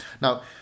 Now